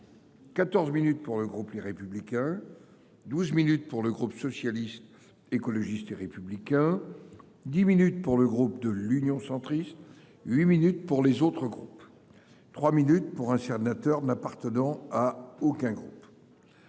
14 minutes pour le groupe Les Républicains, 12 minutes pour le groupe Socialiste, Écologiste et Républicain, 10 minutes pour le groupe Union Centriste, 8 minutes pour les autres groupes, 3 minutes pour un sénateur non inscrit.